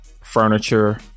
furniture